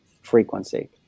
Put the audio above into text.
frequency